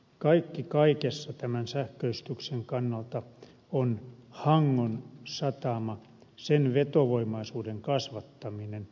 kaikki kaikessa tämän sähköistyksen kannalta on hangon satama sen vetovoimaisuuden kasvattaminen